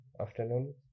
afternoon